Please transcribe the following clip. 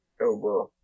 over